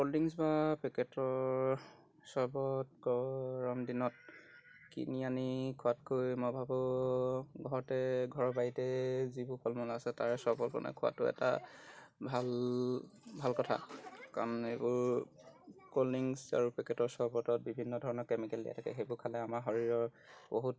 cold drinks বা পেকেটৰ চৰ্বত গৰম দিনত কিনি আনি খোৱাতকৈ মই ভাবোঁ ঘৰতে ঘৰৰ বাৰীতে যিবোৰ ফল মূল আছে তাৰে চৰ্বত মানে খোৱাটো এটা ভাল ভাল কথা কাৰণ এইবোৰ ক'ল্ড ড্ৰিংকছ আৰু পেকেটৰ চৰ্বতত বিভিন্ন ধৰণৰ কেমিকেল দিয়া থাকে সেইবোৰ খালে আমাৰ শৰীৰৰ বহুত